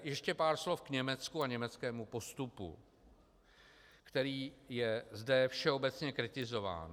Ještě pár slov Německu a k německému postupu, který je zde všeobecně kritizován.